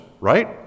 right